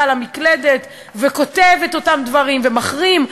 על המקלדת וכותב את אותם דברים ומחרים.